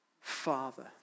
Father